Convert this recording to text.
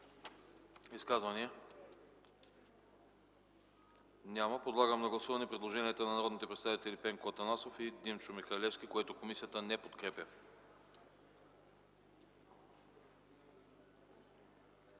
Изказвания? Няма. Подлагам на гласуване предложенията на народните представители Пенко Атанасов и Димчо Михалевски, които комисията не подкрепя.